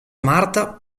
marta